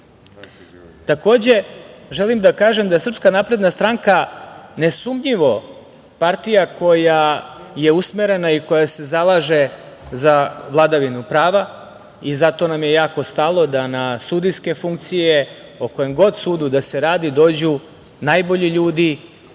godina. Takođe, želim da kažem je da Srpska napredna stranka nesumnjivo partija koja je usmerena i koja se zalaže za vladavinu prava i zato nam je jako stalo da na sudijske funkcijske, o kojem god sudu da se radi, dođu najbolji ljudi,